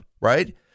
right